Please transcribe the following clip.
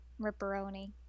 Ripperoni